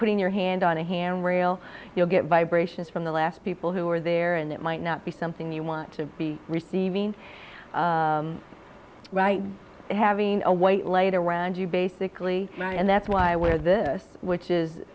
putting your hand on a hand rail you'll get vibrations from the last people who are there and it might not be something you want to be receiving right having a white light around you basically and that's why we're this which is